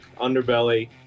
underbelly